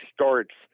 starts